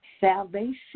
Salvation